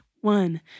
one